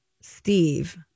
Steve